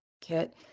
kit